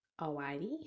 Alrighty